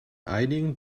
einigen